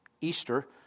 Easter